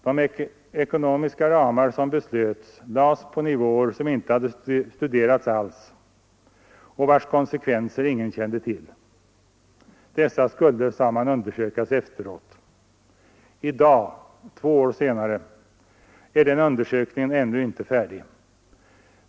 De ekonomiska ramar som beslöts lades på nivåer som inte hade studerats alls och vilkas konsekvenser ingen kände till. Dessa skulle, sade man, undersökas efteråt. I dag, två år senare, är den undersökningen ännu inte färdig.